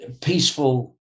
peaceful